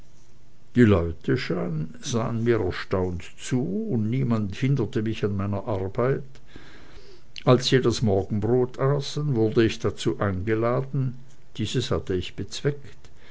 die leute sahen mir erstaunt zu und niemand hinderte mich an meiner arbeit als sie das morgenbrot aßen wurde ich dazu eingeladen dieses hatte ich bezweckt